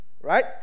right